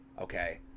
Okay